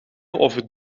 over